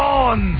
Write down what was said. on